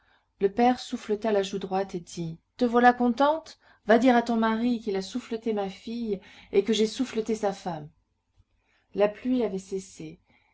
le père souffleta la joue droite et dit te voilà contente va dire à ton mari qu'il a souffleté ma fille mais que j'ai souffleté sa femme la pluie avait cessé